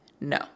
no